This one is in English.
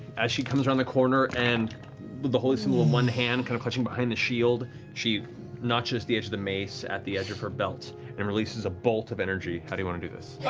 as she comes around the corner, and but the holy symbol in one hand, clutching behind the shield, she notches the edge of the mace at the edge of her belt and releases a bolt of energy. how do you want to do this?